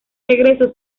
regreso